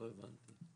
לא הבנתי.